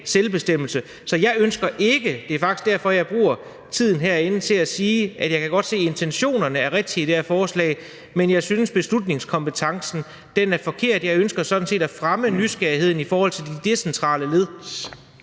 selvbestemmelse. Så jeg ønsker noget andet, og det er faktisk derfor, jeg bruger tiden herinde til at sige, at jeg godt kan se, at intentionerne er rigtige i det her forslag, men at jeg synes, beslutningskompetencen er forkert. Jeg ønsker sådan set at fremme nysgerrigheden i forhold til de decentrale led.